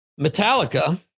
Metallica